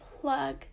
plug